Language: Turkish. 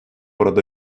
arada